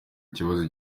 ikibazo